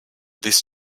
this